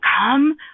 come